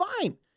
Fine